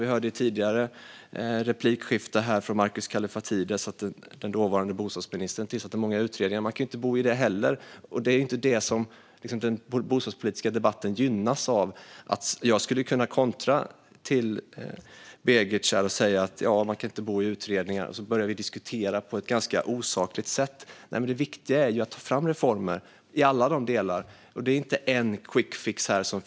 Vi hörde av Markus Kallifatides i den föregående interpellationsdebatten att den tidigare bostadsministern tillsatte många utredningar. Jag skulle kunna kontra till Begic och säga att man inte kan bo i de utredningarna heller. Då börjar vi diskutera på ett ganska osakligt sätt, och det är inget som den bostadspolitiska debatten gynnas av. Det viktiga är ju att ta fram reformer i alla delar. Det finns ingen quickfix.